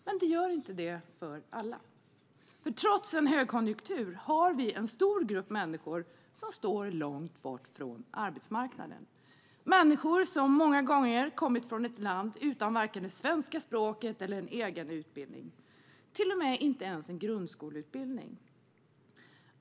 Men det gör inte det för alla. Trots en högkonjunktur finns en stor grupp människor som står långt bort från arbetsmarknaden. Det är människor som många gånger kommit från ett annat land utan vare sig kunskaper i det svenska språket eller en egen utbildning - till och med inte ens en grundskoleutbildning.